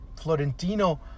Florentino